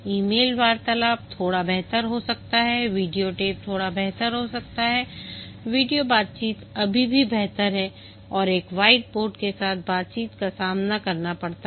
email वार्तालाप थोड़ा बेहतर हो सकता है वीडियो टेप थोड़ा बेहतर है वीडियो बातचीत अभी भी बेहतर है और एक व्हाइटबोर्ड के साथ बातचीत का सामना करना पड़ता है